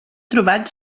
trobat